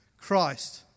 Christ